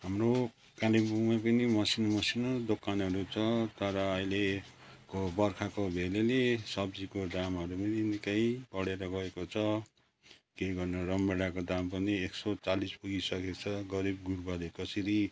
हाम्रो कालिम्पोङमा पनि मसिनो मसिनो दोकानहरू छ तर अहिलेको बर्खाको भेलले सब्जीको दामहरू पनि निकै बढेर गएको छ के गर्नु रमभेँडाको दाम पनि एक सौ चालिस पुगिसकेको छ गरिबगुर्बाले कसरी